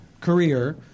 career